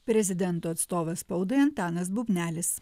prezidento atstovas spaudai antanas bubnelis